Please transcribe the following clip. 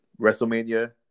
Wrestlemania